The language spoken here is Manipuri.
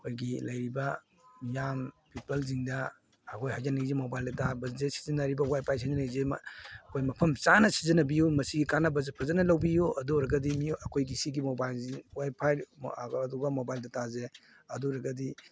ꯑꯩꯈꯣꯏꯒꯤ ꯂꯩꯔꯤꯕ ꯃꯤꯌꯥꯝ ꯄꯤꯄꯜꯁꯤꯡꯗ ꯑꯩꯈꯣꯏ ꯍꯥꯏꯖꯅꯤꯡꯏꯁꯦ ꯃꯣꯕꯥꯏꯜ ꯗꯥꯇꯥ ꯕꯖꯦꯠ ꯁꯤꯖꯤꯟꯅꯔꯤꯕ ꯋꯥꯏꯐꯥꯏ ꯁꯤꯖꯤꯟꯅꯔꯤꯁꯦ ꯑꯩꯈꯣꯏ ꯃꯐꯝ ꯆꯥꯅ ꯁꯤꯖꯤꯟꯅꯕꯤꯎ ꯃꯁꯤꯒꯤ ꯀꯥꯟꯅꯕꯁꯦ ꯐꯖꯅ ꯂꯧꯕꯤꯎ ꯑꯗꯨ ꯑꯣꯏꯔꯒꯗꯤ ꯑꯩꯈꯣꯏꯒꯤ ꯁꯤꯒꯤ ꯃꯣꯕꯥꯏꯜꯁꯤ ꯋꯥꯏꯐꯥꯏ ꯑꯗꯨꯒ ꯃꯣꯕꯥꯏꯜ ꯗꯥꯇꯥꯁꯦ ꯑꯗꯨ ꯑꯣꯏꯔꯒꯗꯤ